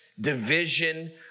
division